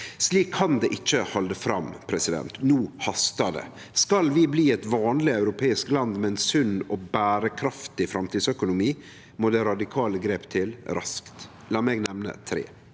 Slik kan det ikkje halde fram. No hastar det. Skal vi bli eit vanleg europeisk land med ein sunn og berekraftig framtidsøkonomi, må det radikale grep til – raskt. La meg nemne tre: